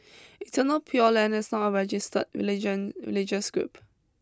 Eternal Pure Land is not a registered religion religious group